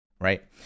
right